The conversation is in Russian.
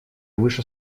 выше